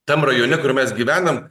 tam rajone kur mes gyvenam